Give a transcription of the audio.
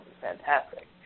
fantastic